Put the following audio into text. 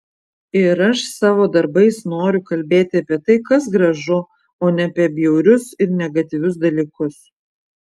ir aš savo darbais noriu kalbėti apie tai kas gražu o ne apie bjaurius ir negatyvius dalykus